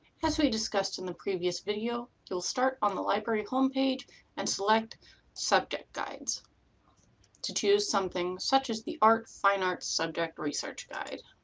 as we discussed in the previous video, you will start on the library home page and select subject guides to choose something such as the art fine arts subject research guide